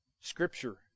Scripture